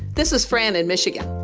this is fran in michigan.